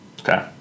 Okay